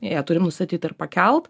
ją turim nustatyt ir pakelt